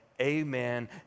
Amen